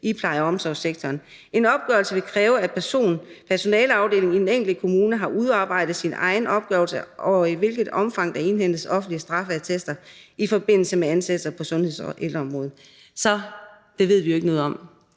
i pleje- og omsorgssektoren. En opgørelse vil kræve, at personaleafdelingen i den enkelte kommune har udarbejdet sin egen opgørelse over i hvilket omfang der indhentes offentlige straffeattester i forbindelse med ansættelser på sundheds- og ældreområdet.«« Så det ved vi jo ikke noget om.